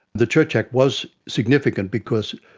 the church act was significant because,